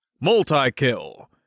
Multi-kill